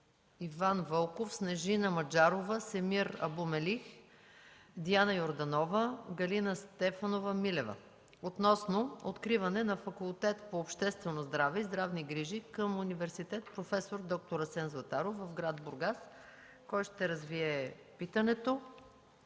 Иван Вълков, Снежина Маджарова, Семир Абу Мелих, Диана Йорданова, Галина Стефанова Милева относно откриване на Факултет по обществено здраве и здравни грижи към Университет „Проф. д-р Асен Златаров” в град Бургас. Кой ще развие питането?